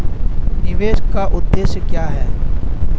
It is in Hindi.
निवेश का उद्देश्य क्या है?